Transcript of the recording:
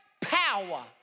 power